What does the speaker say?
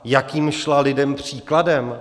Jakým šla lidem příkladem?